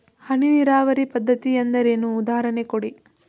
ಹನಿ ನೀರಾವರಿ ಪದ್ಧತಿ ಎಂದರೇನು, ಉದಾಹರಣೆ ಕೊಡಿ?